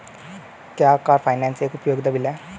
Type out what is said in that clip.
क्या car finance एक उपयोगिता बिल है?